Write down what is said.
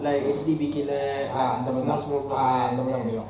like lah small small